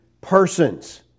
persons